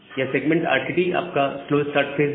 यह segment RTT आपका slow start phase है